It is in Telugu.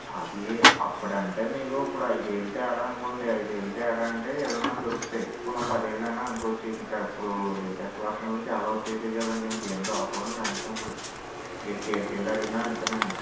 అది అప్పుడంటే మీకు ఇప్పుడు ఐదేళ్ళు తేడా అనుకోండి ఐదేళ్ళు తేడా అంటే ఏదైనా దొరుకుతాయి పోనీ ఓ పదేళ్ళయినా అనుకోవచ్చు ఇంకా ఇప్పుడు లేటెస్ట్ వెర్షన్లు చాలా వచ్చేశాయి కదండీ ఇంకేమి దొరకవండి మ్యాగ్జిమమ్ ఇప్పుడు మీరు కేర్కి వెళ్ళి అడిగినా అంతే అండి